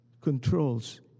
controls